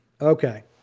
Okay